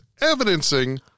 evidencing